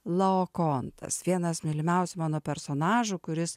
laokontas vienas mylimiausių mano personažų kuris